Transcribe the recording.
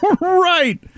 Right